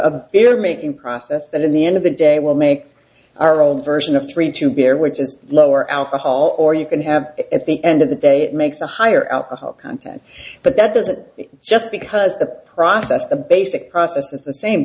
very making process that in the end of the day will make our own version of three to bear which is lower alcohol or you can have it at the end of the day it makes a higher alcohol content but that doesn't just because the process the basic process is the same